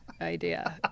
idea